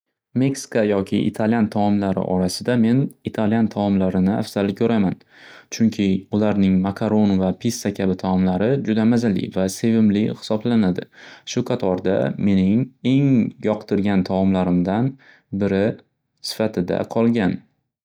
Meksika yoki Italyan taomlari orasida men Italyan taomlarini afzal ko'raman. Chunki ularning makaro'ni va pizza kabi taomlari juda mazali va sevimli hisoblanadi. Shu qatorda mening eng yoqtirgan taomlarimdan sifatida qolgan.